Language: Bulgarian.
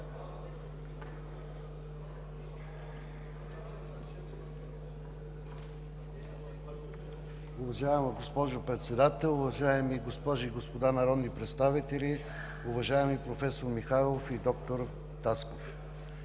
Уважаема госпожо Председател, уважаеми госпожи и господа народни представители, уважаеми професор Михайлов и доктор Тасков!